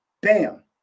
bam